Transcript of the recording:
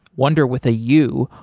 wunder with a u,